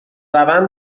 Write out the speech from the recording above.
روند